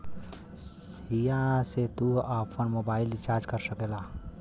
हिया से तू आफन मोबाइल रीचार्ज कर सकेला